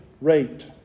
rate